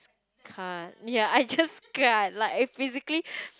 just can't ya I just can't like I physically